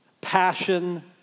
passion